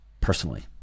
personally